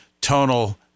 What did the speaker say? tonal